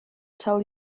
tell